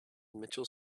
mitchell